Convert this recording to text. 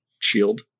shield